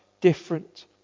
different